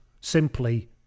simply